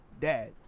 dad